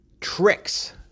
tricks